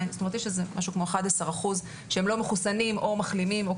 יש משהו כמו 11% שהם לא מחוסנים או מחלימים.